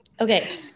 okay